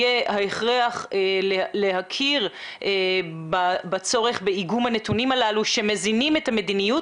יהיה ההכרח להכיר בצורך באיגום הנתונים הללו שמזינים את המדיניות